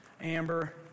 Amber